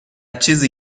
چیزی